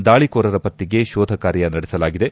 ದಾಳಿಕೋರರ ಪತ್ತೆಗೆ ಶೋಧ ಕಾರ್ಯ ನಡೆಸಲಾಗಿದೆ